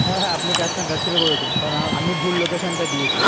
হ্যাঁ হ্যাঁ আপনি ক্যাবটা ক্যানসেল করে দিন কারণ আমি ভুল লোকেশনটা দিয়েছি